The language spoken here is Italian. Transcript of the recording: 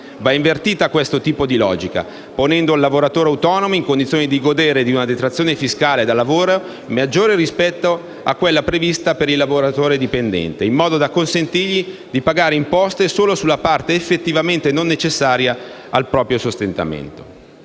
Va invertito questo tipo di logica, ponendo il lavoratore autonomo in condizione di godere di una detrazione fiscale da lavoro maggiore rispetto a quella prevista per il lavoratore dipendente, in modo da consentirgli di pagare le imposte solo sulla parte effettivamente non necessaria al proprio sostentamento.